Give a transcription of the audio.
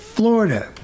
florida